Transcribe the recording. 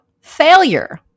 failure